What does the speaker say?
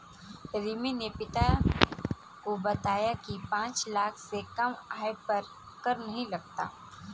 रिमी ने पिता को बताया की पांच लाख से कम आय पर कर नहीं लगता